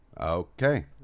Okay